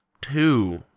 Two